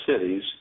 cities